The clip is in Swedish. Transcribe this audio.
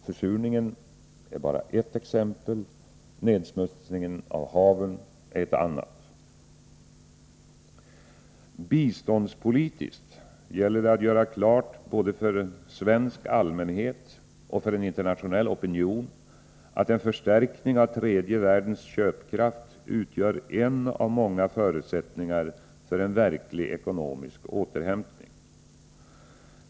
Försurningen är bara ett exempel — nedsmutsningen av haven ett annat. Biståndspolitiskt gäller det att göra klart både för svensk allmänhet och för en internationell opinion att en förstärkning av tredje världens köpkraft utgör en av många förutsättningar för en verklig ekonomisk återhämtning.